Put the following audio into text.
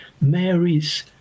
Mary's